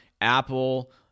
Apple